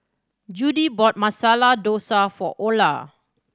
Judie bought Masala Dosa for Ola